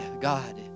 God